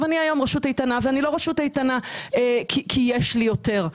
אני היום רשות איתנה אבל אני לא רשות איתנה כי יש לי יותר.